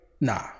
Nah